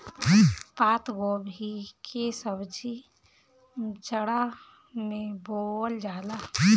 पातगोभी के सब्जी जाड़ा में बोअल जाला